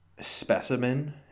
specimen